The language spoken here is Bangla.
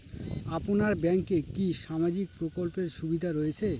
আপনার ব্যাংকে কি সামাজিক প্রকল্পের সুবিধা রয়েছে?